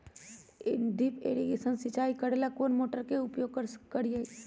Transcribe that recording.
Drip irrigation सिंचाई करेला कौन सा मोटर के उपयोग करियई?